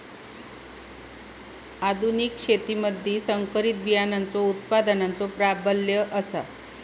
आधुनिक शेतीमधि संकरित बियाणांचो उत्पादनाचो प्राबल्य आसा